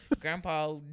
Grandpa